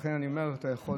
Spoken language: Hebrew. לכן אני אומר, אתה יכול,